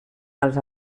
els